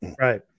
Right